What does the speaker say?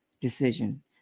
decision